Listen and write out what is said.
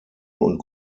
und